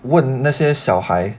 就问那些小孩